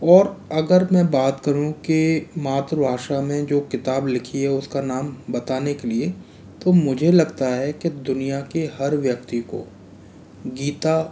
और अगर मैं बात करूँ कि मातृ भाषा में जो किताब लिखी है उसका नाम बताने के लिए तो मुझे लगता है कि दुनिया के हर व्यक्ति को गीता